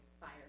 Fire